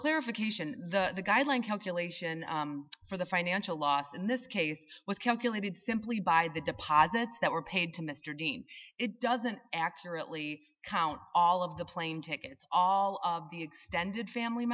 clarification the guideline calculation for the financial loss in this case was calculated simply by the deposits that were paid to mr dean it doesn't accurately count all of the plane tickets all of the extended family